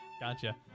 Gotcha